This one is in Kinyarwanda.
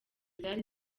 zari